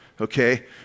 okay